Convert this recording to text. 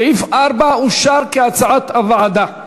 סעיף 4 אושר, כהצעת הוועדה.